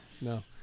No